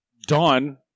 Dawn